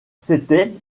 c’était